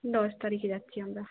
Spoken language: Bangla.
দশ তারিখে যাচ্ছি আমরা